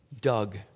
Doug